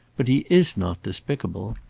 but he is not despicable.